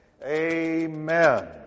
amen